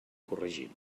corregir